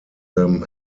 them